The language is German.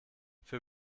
für